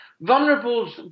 vulnerable